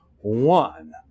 one